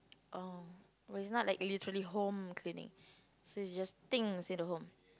oh oh it's not like literally home cleaning so is just think is in a home